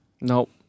nope